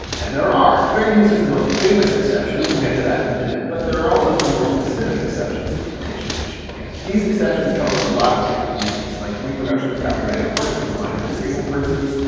and there are. fair use is the most famous exception and we'll get to that in a minute. but there are are also some more specific exceptions and limitations we should look at. these exceptions cover a lot of different uses, like reproduction of copyrighted works for blind and disabled persons.